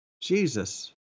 Jesus